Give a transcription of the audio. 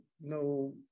no